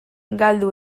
galdu